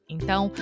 Então